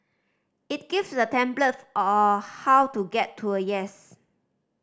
it gives a template how to get to a yes